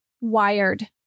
wired